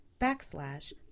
backslash